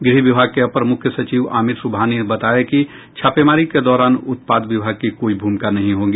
गृह विभाग के अपर मूख्य सचिव आमिर सुबहानी ने बताया कि छापेमारी के दौरान उत्पाद विभाग की कोई भूमिका नहीं होगी